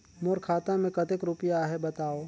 मोर खाता मे कतेक रुपिया आहे बताव?